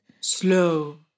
Slow